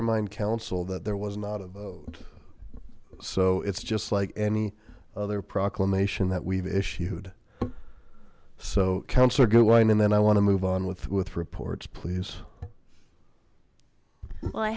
remind counsel that there was not a vote so it's just like any other proclamation that we've issued so councillor gutwein and then i want to move on with with reports please well i